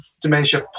dementia